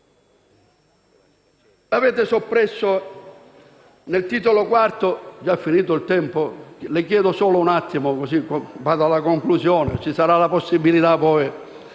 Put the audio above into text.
Avete soppresso nel Titolo IV